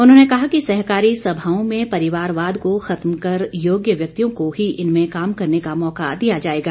उन्होंने कहा कि सहकारी सभाओं में परिवारवाद को खत्म कर योग्य व्यक्तियों को ही इनमें काम करने का मौका दिया जाएगा